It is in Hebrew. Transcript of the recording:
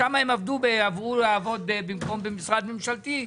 שם הם עברו לעבוד במקום במשרד ממשלתי,